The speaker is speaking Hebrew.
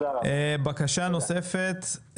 בקשה נוספת,